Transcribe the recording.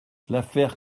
l’affaire